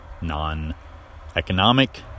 Non-economic